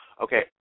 Okay